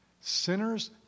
Sinners